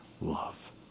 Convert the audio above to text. love